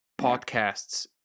podcasts